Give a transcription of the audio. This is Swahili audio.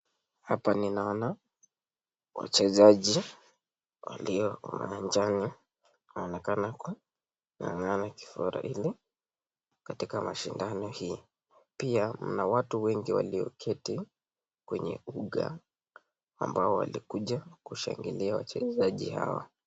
Hapa ninaona wachezaji walio uwanjani, inaonekana wangangane kifura ili katika mashindano hii. Pia mna watu wengi walio keti kwenye uga ambao walikuja kushangilia wachezaji hawa.